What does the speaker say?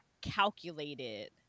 calculated